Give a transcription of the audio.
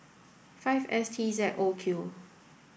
five S T Z O Q